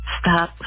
Stop